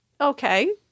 okay